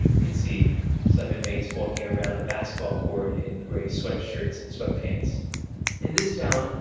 you can see some inmates walking around a basketball court in gray sweatshirts and sweatpants in this town,